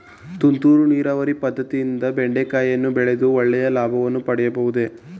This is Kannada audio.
ತುಂತುರು ನೀರಾವರಿ ಪದ್ದತಿಯಿಂದ ಬೆಂಡೆಕಾಯಿಯನ್ನು ಬೆಳೆದು ಒಳ್ಳೆಯ ಲಾಭವನ್ನು ಪಡೆಯಬಹುದೇ?